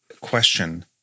question